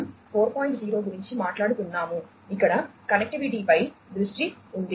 0 గురించి మాట్లాడుతున్నాము ఇక్కడ కనెక్టివిటీపై దృష్టి ఉంది